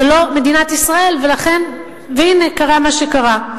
זה לא מדינת ישראל, והנה קרה מה שקרה.